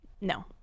No